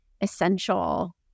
essential